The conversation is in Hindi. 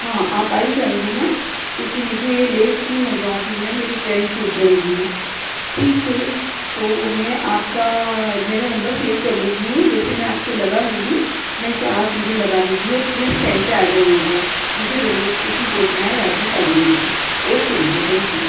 हाँ आप आई जाएंगे न क्योंकि मुझे लेट नहीं हो जाऊँ फिर मैं मेरी ट्रेन छूट जाएगी ठीक हे तो मे आपका मेरा नम्बर सेव कर लीजिए वैसे मे आपको लगा लूँगी नहीं तो आप मुझे लगा लीजिए और प्लीज़ टाइम पर आ जाइएगा मुझे रेलवे इस्टेशन पहुँचना है रात में साढ़े नौ बजे ओके भैया थैंक यू